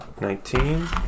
Nineteen